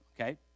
okay